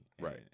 Right